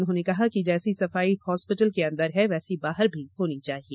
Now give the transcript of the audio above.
उन्होंने कहा कि जैसी सफाई हॉस्पिटल के अन्दर है वैसी बाहर भी होनी चाहिये